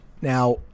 now